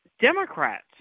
Democrats